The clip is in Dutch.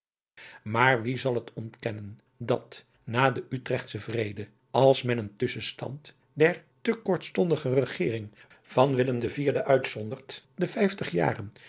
maar wie zal het ontkennen dat na den utrechtschen vrede adriaan loosjes pzn het leven van johannes wouter blommesteyn en als men een tusschenstand der te kortstondige regering van willem den iv uitzondert de vijftig jaren